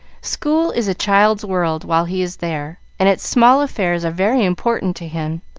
school is a child's world while he is there, and its small affairs are very important to him,